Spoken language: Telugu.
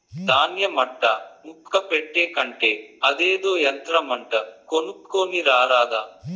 దాన్య మట్టా ముక్క పెట్టే కంటే అదేదో యంత్రమంట కొనుక్కోని రారాదా